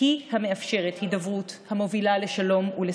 היא המאפשרת הידברות המובילה לשלום ולשגשוג.